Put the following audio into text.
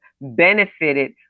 benefited